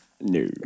No